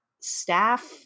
staff